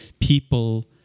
people